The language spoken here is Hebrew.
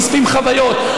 אוספים חוויות,